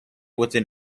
within